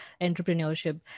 entrepreneurship